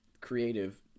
Creative